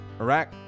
Iraq